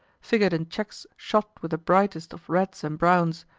figured in checks shot with the brightest of reds and browns,